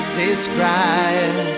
describe